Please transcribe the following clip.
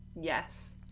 yes